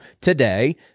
today